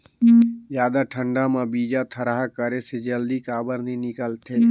जादा ठंडा म बीजा थरहा करे से जल्दी काबर नी निकलथे?